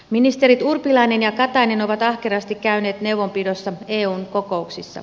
ministerit urpilainen ja katainen ovat ahkerasti käyneet neuvonpidossa eun kokouksissa